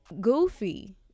Goofy